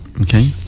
Okay